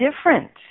different